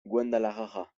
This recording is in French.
guadalajara